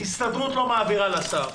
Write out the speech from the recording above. ההסתדרות לא מעבירה לשר,